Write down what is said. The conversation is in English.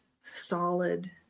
solid